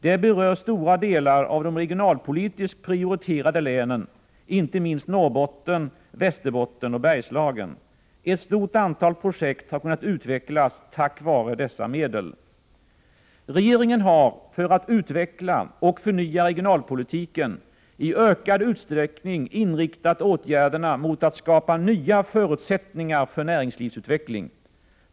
Det berör stora delar av de regionalpolitiskt prioriterade länen, inte minst Norrbotten och Västerbotten, samt Bergslagen. Ett stort antal projekt har kunnat utvecklas tack vare dessa medel. Regeringen har för att utveckla och förnya regionalpolitiken i ökad utsträckning inriktat åtgärderna mot att skapa nya förutsättningar för näringslivsutveckling.